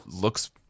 looks